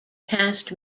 cast